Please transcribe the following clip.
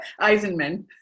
Eisenman